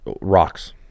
rocks